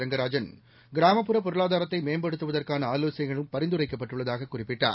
ரெங்கராஜன் கிராமப்புற பொருளாதாரத்தை மேம்படுத்துவதற்கான ஆவோசனைகளும் பரிந்துரைக்கப்பட்டுள்ளதாக குறிப்பிட்டார்